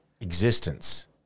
existence